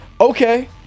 Okay